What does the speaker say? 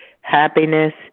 Happiness